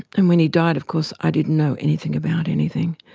and when he died of course i didn't know anything about anything,